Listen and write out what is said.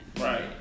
Right